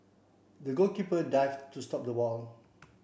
the goalkeeper dived to stop the ball